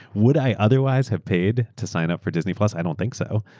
would i otherwise have paid to sign up for disney plus? i don't think so.